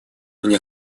мне